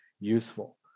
useful